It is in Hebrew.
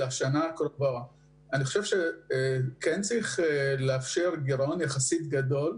אני חושב שצריך לאפשר גירעון יחסית גדול.